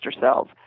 cells